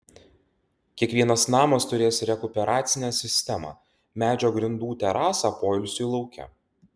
kiekvienas namas turės rekuperacinę sistemą medžio grindų terasą poilsiui lauke